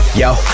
yo